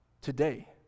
Today